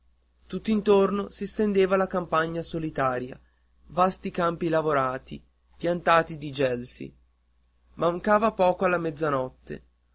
stradone tutt'intorno si stendeva la campagna solitaria vasti campi lavorati piantati di gelsi mancava poco alla mezzanotte